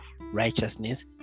righteousness